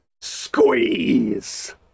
Squeeze